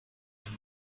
and